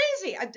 crazy